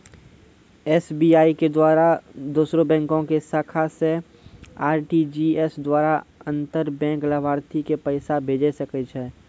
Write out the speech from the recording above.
SBI के द्वारा दोसरो बैंको के शाखा से आर.टी.जी.एस द्वारा अंतर बैंक लाभार्थी के पैसा भेजै सकै छै